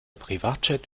privatjet